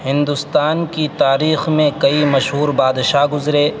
ہندوستان کی تاریخ میں کئی مشہور بادشاہ گزرے